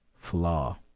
flaw